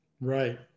Right